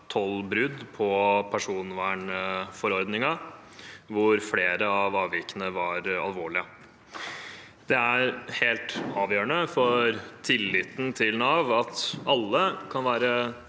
12 brudd på personvernforordningen, hvor flere av avvikene var alvorlige. Det er avgjørende for tilliten til Nav at alle kan være